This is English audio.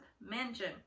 Mansion